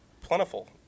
plentiful